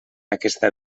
aquesta